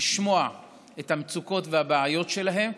ולשמוע על המצוקות והבעיות שלהם.